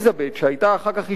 שהיתה אחר כך אשתי,